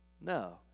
No